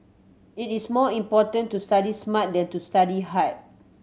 it is more important to study smart than to study hard